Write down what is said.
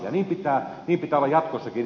niin pitää olla jatkossakin